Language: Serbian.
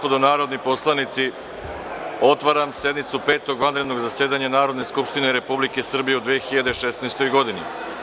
gospodo narodni poslanici, otvaram sednicu Petog vanrednog zasedanja Narodne skupštine Republike Srbije u 2016. godini.